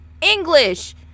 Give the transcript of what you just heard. English